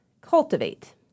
Cultivate